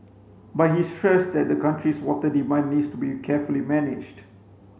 but he stressed that the country's water demand needs to be carefully managed